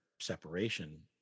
separation